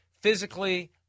physically